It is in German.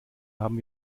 haben